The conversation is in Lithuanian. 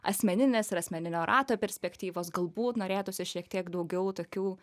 asmeninės ir asmeninio rato perspektyvos galbūt norėtųsi šiek tiek daugiau tokių